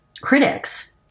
critics